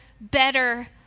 better